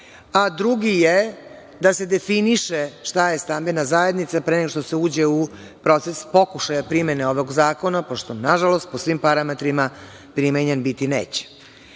a drugi je da se definiše šta je stambena zajednica pre nego što se uđe u proces pokušaja primene ovog zakona, što na žalost po svim parametrima primenjen biti neće.U